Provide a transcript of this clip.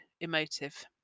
emotive